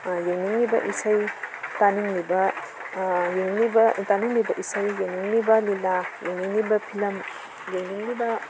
ꯌꯦꯡꯅꯤꯡꯉꯤꯕ ꯏꯁꯩ ꯇꯥꯅꯤꯡꯉꯤꯕ ꯌꯦꯡꯅꯤꯡꯉꯤꯕ ꯇꯥꯅꯤꯡꯂꯤꯕ ꯏꯁꯩ ꯌꯦꯡꯅꯤꯡꯂꯤꯕ ꯂꯤꯂꯥ ꯌꯦꯡꯅꯤꯡꯂꯤꯕ ꯐꯤꯂꯝ ꯌꯦꯡꯅꯤꯡꯂꯤꯕ